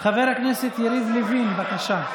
חבר הכנסת יריב לוין, בבקשה.